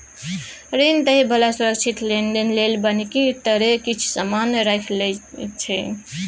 ऋण दइ बला सुरक्षित लेनदेन लेल बन्हकी तरे किछ समान राखि लइ छै